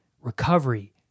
recovery